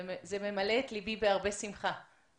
זה ממלא את לבי בהרבה שמחה.